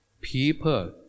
People